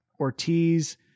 Ortiz